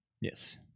Yes